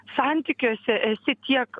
santykiuose esi tiek